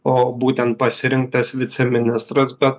o būtent pasirinktas viceministras be